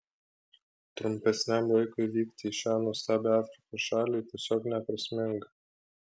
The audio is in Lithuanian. trumpesniam laikui vykti į šią nuostabią afrikos šalį tiesiog neprasminga